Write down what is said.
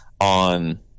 on –